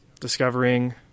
discovering